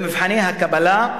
במבחני הקבלה,